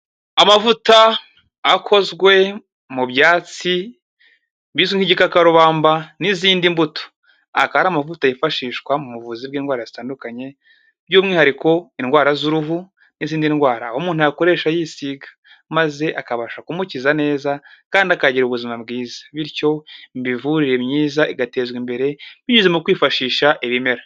Amavuta akozwe mu byatsi bizwi nk'igikakarubamba n'izindi mbuto, akaba ari amavuta yifashishwa mu buvuzi bw'indwara zitandukanye, by'umwihariko indwara z'uruhu n'izindi ndwara aho umuntu yakoresha yisiga maze akabasha kumukiza neza kandi akagira ubuzima bwiza bityo imivurire myiza igatezwa imbere binyuze mu kwifashisha ibimera.